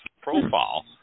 profile